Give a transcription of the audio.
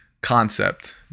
concept